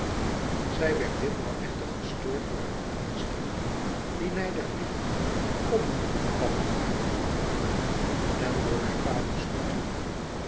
zij werd ditmaal echter gestoord door haar vaders stem die nijdig riep kom papegaai en door haar vaders hoed